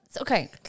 Okay